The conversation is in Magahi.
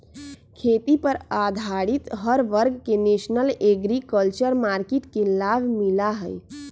खेती पर आधारित हर वर्ग के नेशनल एग्रीकल्चर मार्किट के लाभ मिला हई